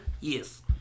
Yes